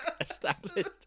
established